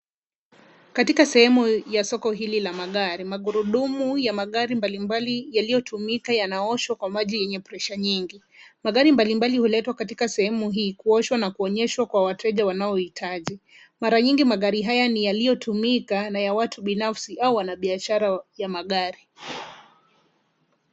Katika sehemu ya soko hili la magari, magurudumu ya magari mbalimbali yaliyotumika yanaoshwa kwa maji yenye presha nyingi. Magari mbalimbali huletwa katika sehemu hii kuoshwa na kuonyeshwa wateja wanaoitaji. Mara nyingi magari haya ni yaliotumika na ya watu binafsi au wanabiashara wa magari.